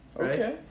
okay